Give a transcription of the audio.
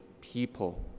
people